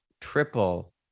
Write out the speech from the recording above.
triple